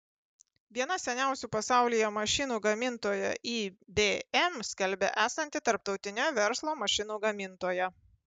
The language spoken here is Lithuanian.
viena seniausių pasaulyje mašinų gamintoja ibm skelbia esanti tarptautine verslo mašinų gamintoja